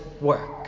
work